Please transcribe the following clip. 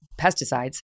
pesticides